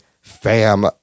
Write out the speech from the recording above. fam